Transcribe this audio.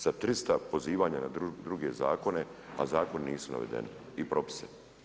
Sa 300 pozivanja na druge zakone, a zakoni nisu navedeni i propise.